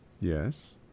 Yes